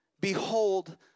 Behold